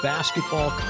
Basketball